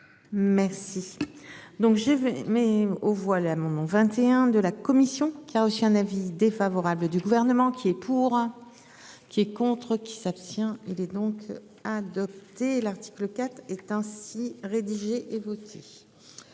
Merci. Donc j'ai vais mets aux voix l'amendement 21 de la commission qui a reçu un avis défavorable du gouvernement qui est pour. Qui est contre. Qui ça. Tiens il est donc adopté l'article 4 est ainsi rédigé et voté.